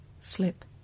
slip